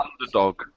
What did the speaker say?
underdog